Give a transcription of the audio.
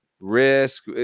risk